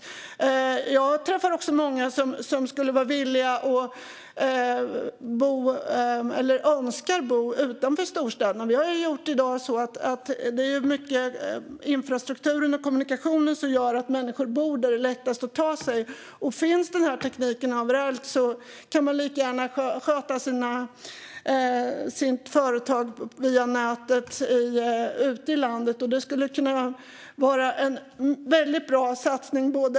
Jag träffar många som skulle önska att bo utanför storstäderna. Det är i hög grad infrastrukturen och kommunikationerna som gör att människor i dag bor där det är lättast att ta sig någonstans. Om den digitala tekniken skulle finnas överallt skulle man lika gärna kunna sköta sitt företag via nätet ute i landet. Det skulle kunna vara en väldigt bra satsning.